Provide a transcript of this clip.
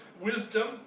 wisdom